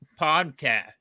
podcast